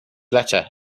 letter